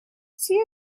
see